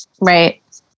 right